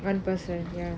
one person ya